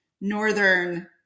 Northern